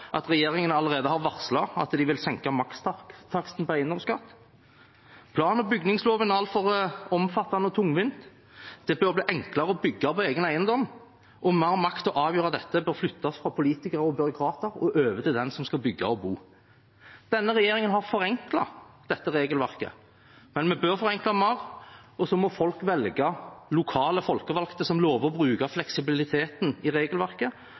at regjeringen allerede har varslet at de vil senke makstaksten på eiendomsskatt. Plan- og bygningsloven er altfor omfattende og tungvinn. Det bør bli enklere å bygge på sin egen eiendom, og mer makt til å avgjøre dette bør flyttes fra politikere og byråkrater og over til dem som skal bygge og bo. Denne regjeringen har forenklet dette regelverket, men vi bør forenkle det mer, og så må folk velge lokale folkevalgte som lover å bruke fleksibiliteten i regelverket,